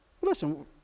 Listen